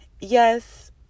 Yes